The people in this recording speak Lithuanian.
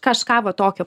kažką va tokio